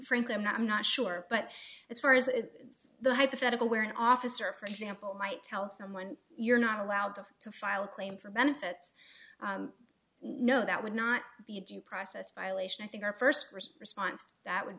frankly i'm not i'm not sure but as far as the hypothetical where an officer for example might tell someone you're not allowed to file a claim for benefits no that would not be a due process violation i think our first response to that would